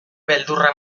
beldurra